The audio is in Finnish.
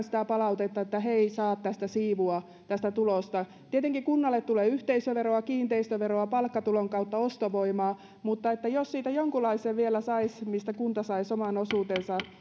sitä palautetta että he eivät saa siivua tästä tulosta tietenkin kunnalle tulee yhteisöveroa kiinteistöveroa palkkatulon kautta ostovoimaa mutta jos siihen jonkunlaisen vielä saisi mistä kunta ja paikalliset saisivat oman osuutensa